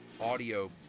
audio